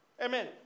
Amen